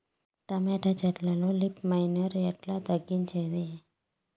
Tomato చెట్లల్లో leaf miner ఎట్లా తగ్గించేది?